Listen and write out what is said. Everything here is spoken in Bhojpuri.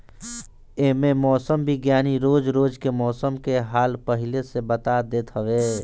एमे मौसम विज्ञानी रोज रोज के मौसम के हाल पहिले ही बता देत हवे